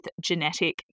genetic